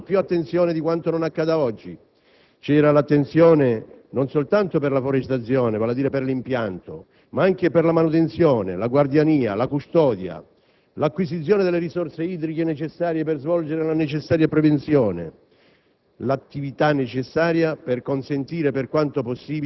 Ma evidentemente quella era una stagione nella quale i Governi riservavano al tema più attenzione di quanto non accada oggi: c'era attenzione non soltanto per la forestazione (vale a dire per l'impianto), ma anche per la manutenzione, la custodia, l'acquisizione delle risorse idriche necessarie per svolgere l'indispensabile prevenzione,